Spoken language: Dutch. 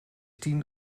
tien